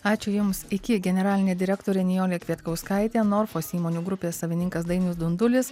ačiū jums iki generalinė direktorė nijolė kvietkauskaitė norfos įmonių grupės savininkas dainius dundulis